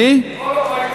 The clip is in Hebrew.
מהפה ולחוץ.